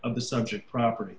of the subject property